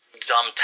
dumb